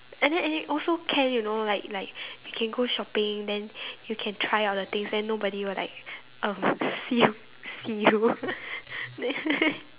and then and then also can you know like like you can go shopping then you can try out the things then nobody will like um see you see you then